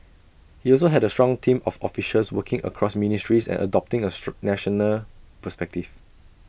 he also had A strong team of officials working across ministries and adopting A national perspective